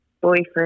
boyfriend